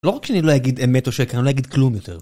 לא רק שאני לא אגיד אמת או שקר, אני לא אגיד כלום יותר.